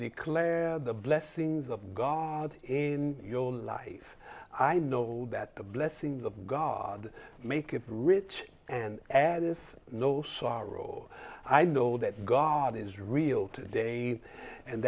declare the blessings of god in your life i know that the blessings of god make it rich and added no sorrow i know that god is real today and